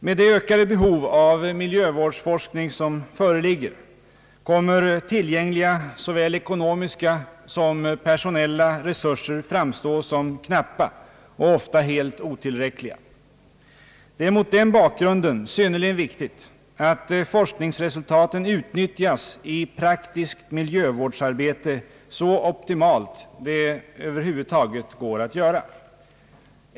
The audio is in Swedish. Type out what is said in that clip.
Med det ökade behov av miljövårdsforskning som föreligger kommer tillgängliga såväl ekonomiska som personella resurser att framstå som knappa och ofta helt otillräckliga. Det är mot den bakgrunden synnerligen viktigt att forskningsresultaten utnyttjas i praktiskt miljövårdsarbete så optimalt det över huvud taget går att göra.